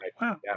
Wow